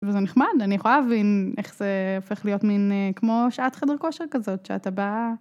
וזה נחמד, אני יכולה להבין איך זה הופך להיות מין, כמו שעת חדר כושר כזאת, שאתה בא.